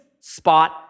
spot